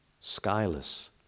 skyless